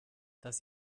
das